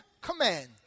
command